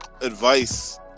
advice